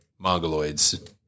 mongoloids